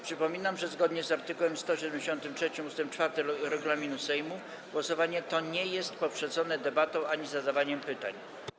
Przypominam, że zgodnie z art. 173 ust. 4 regulaminu Sejmu głosowanie to nie jest poprzedzone debatą ani zadawaniem pytań.